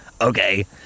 okay